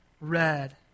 red